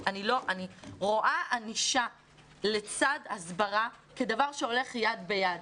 אני רואה ענישה לצד הסברה כדבר שהולך יד ביד.